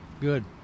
Good